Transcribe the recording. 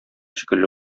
шикелле